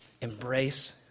Embrace